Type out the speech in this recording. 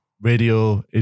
radio